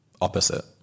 Opposite